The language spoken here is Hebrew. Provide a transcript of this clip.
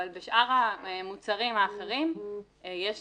אבל בשאר המוצרים האחרים יש